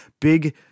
big